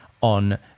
on